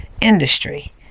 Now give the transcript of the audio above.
industry